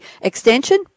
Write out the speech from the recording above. extension